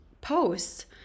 posts